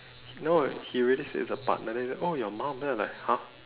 no he already said it's a partner then he say oh your mum then I like !huh!